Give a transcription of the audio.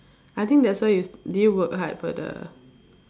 I think that's why you did you work hard for the